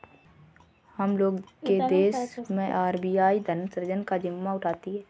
हम लोग के देश मैं आर.बी.आई धन सृजन का जिम्मा उठाती है